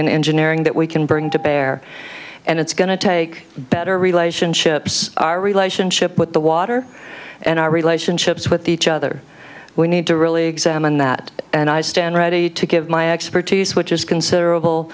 and engineering that we can bring to bear and it's going to take better relationships our relationship with the water and our relationships with each other we need to really examine that and i stand ready to give my expertise which is considerable